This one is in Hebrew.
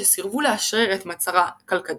שסירבו לאשרר את מצע כלקדון.